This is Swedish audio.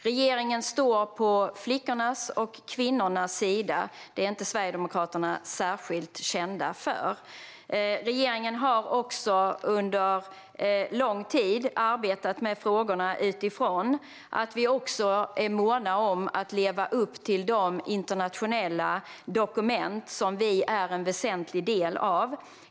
Regeringen står på flickornas och kvinnornas sida; det är inte Sverigedemokraterna särskilt kända för. Regeringen har under lång tid arbetat med frågorna utifrån att vi också är måna om att leva upp till de internationella dokument som vi är en väsentlig del av.